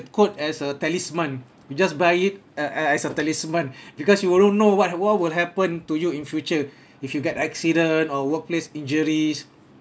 the quote as a talisman we just buy it uh uh as a talisman because you wouldn't know what would happen to you in future if you get accident or workplace injuries